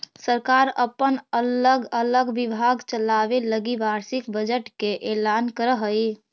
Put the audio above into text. सरकार अपन अलग अलग विभाग चलावे लगी वार्षिक बजट के ऐलान करऽ हई